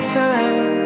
time